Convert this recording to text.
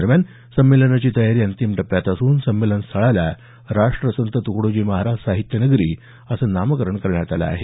दरम्यान संमेलनाची तयारी अंतिम टप्प्यात असून संमेलन स्थळाला राष्ट्रसंत तुकडोजी महाराज साहित्य नगरी असं नामकरण करण्यात आलं आहे